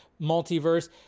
multiverse